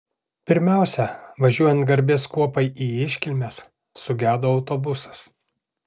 pirmiausia važiuojant garbės kuopai į iškilmes sugedo autobusas